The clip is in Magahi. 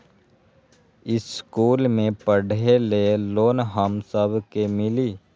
इश्कुल मे पढे ले लोन हम सब के मिली?